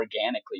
organically